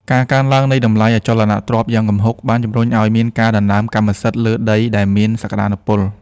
ការកើនឡើងនៃតម្លៃអចលនទ្រព្យយ៉ាងគំហុក បានជំរុញឱ្យមានការដណ្ដើមកម្មសិទ្ធិលើដីដែលមានសក្ដានុពល។